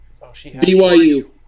BYU